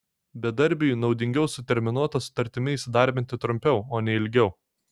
bedarbiui naudingiau su terminuota sutartimi įsidarbinti trumpiau o ne ilgiau